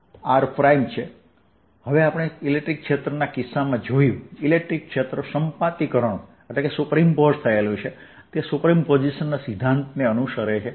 જેમ આપણે ઇલેક્ટ્રિક ક્ષેત્રના કિસ્સામાં જોયું ઇલેક્ટ્રિક ક્ષેત્ર સંપાતીકરણ થયેલ છે તે સુપરપોઝિશનના સિદ્ધાંતને અનુસરે છે